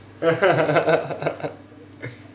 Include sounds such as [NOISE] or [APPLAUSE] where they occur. [LAUGHS]